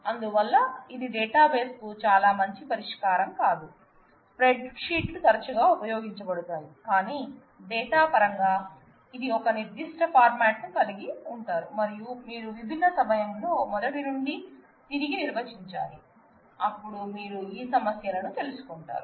అందువల్ల ఇది డేటాబేస్ కు చాలా మంచి పరిష్కారం కాదు స్ప్రెడ్ షీట్లు తరచుగా ఉపయోగించబడతాయి కానీ డేటా పరంగా ఇది ఒక నిర్దిష్ట ఫార్మెట్ ను కలిగి ఉంటారు మరియు మీరు విభిన్న సమయంలో మొదటి నుండి తిరిగి నిర్వచించాలి అప్పుడు మీరు ఈ సమస్యలను తెలుసుకుంటారు